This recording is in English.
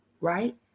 right